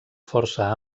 força